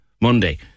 Monday